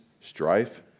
strife